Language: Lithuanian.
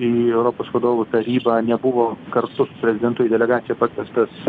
į europos vadovų tarybą nebuvo kartu su prezidentu į delegaciją pakviestas